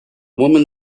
woman